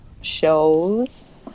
shows